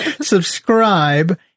subscribe